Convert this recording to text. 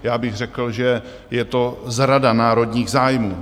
Já bych řekl, že je to zrada národních zájmů.